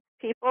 people